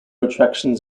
attractions